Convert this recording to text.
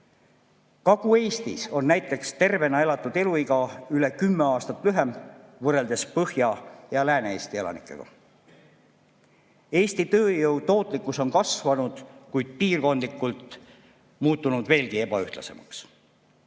Kagu‑Eestis on tervena elatud eluiga üle kümne aasta lühem võrreldes Põhja- ja Lääne-Eesti elanikega. Eesti tööjõu tootlikkus on kasvanud, kuid piirkondlikult muutunud veelgi ebaühtlasemaks.